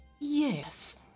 yes